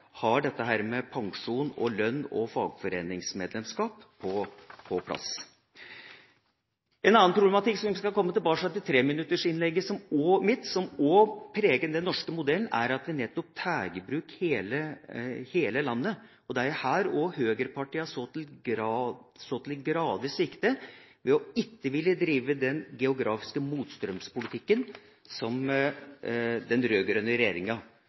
har dette med pensjon, lønn og fagforeningsmedlemskap på plass. En annen problematikk som også preger den norske modellen, som jeg også skal komme tilbake til i treminuttersinnlegget mitt, er nettopp at vi tar i bruk hele landet. Det er også her høyrepartiene så til de grader svikter ved ikke å ville drive den geografiske motstrømspolitikken som den rød-grønne regjeringa